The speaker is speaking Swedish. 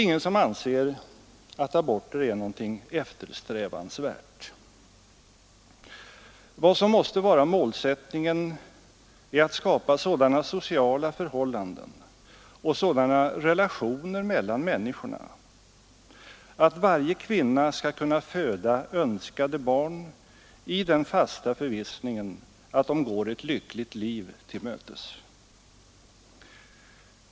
Ingen anser att aborter är något eftersträvansvärt. Vad som måste vara målsättningen är att skapa sådana sociala förhållanden och sådana relationer mellan människorna att varje kvinna skall kunna föda önskade barn i den fasta förvissningen att de går ett lyckligt liv till mötes.